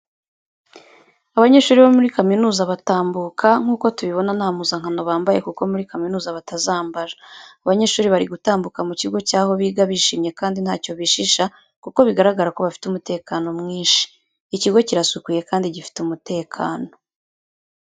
Abanyeshuri bo muri kaminuza batambuka, nk'uko tubibona nta mpuzankano bambaye kuko muri kaminuza batazambara. Abanyeshuri bari gutambuka mu kigo cy'aho biga bishimye kandi ntacyo bishisha kuko bigaragara ko bafite umutekano mwinshi. Ikigo kirasukuye kandi gifite umutekano.